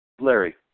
Larry